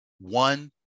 one